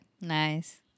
Nice